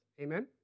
Amen